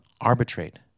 arbitrate